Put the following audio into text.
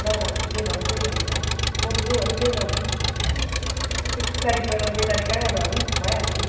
ल ल जे भन्यो त्यही अब त म त जे भन्यो त्यही मान्छु अब एक तारिक गएर दुई तारिक आयो भने त भइहाल्छ नि